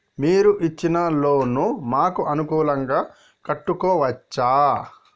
మీరు ఇచ్చిన లోన్ ను మాకు అనుకూలంగా కట్టుకోవచ్చా?